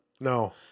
No